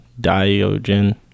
diogen